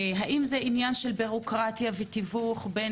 האם זה עניין של בירוקרטיה ותיווך בין